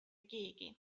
keegi